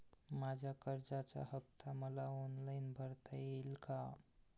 माझ्या कर्जाचा हफ्ता मला ऑनलाईन भरता येईल का?